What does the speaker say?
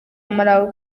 malawi